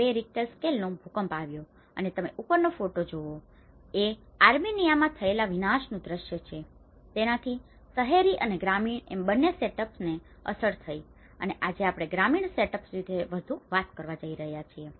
2 Richter સ્કેલનો એક મોટો ભૂકંપ આવ્યો હતો અને તમે ઉપરનો ફોટો જોવો છો એ આર્મેનિયામાં થયેલા વિનાશનું દ્રશ્ય છે તેનાથી શહેરી અને ગ્રામીણ એમ બંને સેટઅપ્સને setups સુયોજન અસર થઈ છે અને આજે આપણે ગ્રામીણ સેટઅપ્સ setups સુયોજન વિશે વધુ વાત કરવા જઈ રહ્યા છીએ